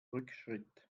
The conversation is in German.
rückschritt